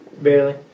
Barely